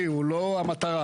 אני לא אמרתי את זה.